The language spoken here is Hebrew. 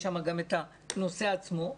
יש שם גם את הנושא עצמו,